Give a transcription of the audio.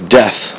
death